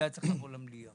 זה היה צריך לבוא למליאה,